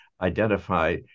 identify